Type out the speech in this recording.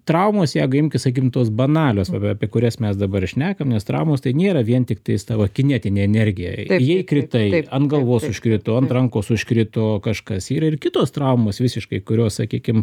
traumos jeigu imki sakym tos banalios va apie kurias mes dabar šnekam nes traumos tai nėra vien tiktais tavo kinetinė energija jei kritai ant galvos užkrito ant rankos užkrito kažkas yra ir kitos traumos visiškai kurios sakykim